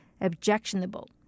objectionable